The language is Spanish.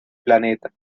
planeta